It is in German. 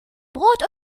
brot